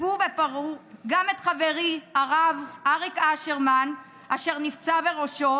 תקפו ופרעו גם את חברי הרב אריק אשרמן והוא נפצע בראשו,